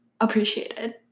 appreciated